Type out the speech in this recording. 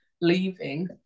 leaving